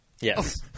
Yes